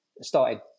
started